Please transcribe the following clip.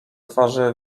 twarzy